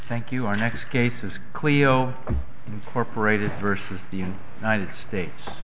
thank you our next cases you know incorporated versus the united states